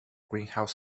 greenhouse